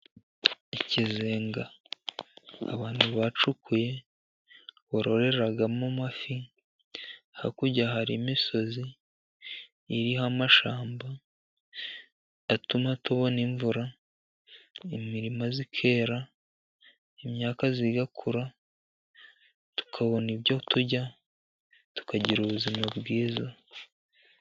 Ikizenga abantu bacukuye bororeramo amafi. Hakurya hari imisozi iriho amashyamba atuma tubona imvura, imirima ikera, imyaka igakura, tukabona ibyo turya tukagira ubuzima bwiza.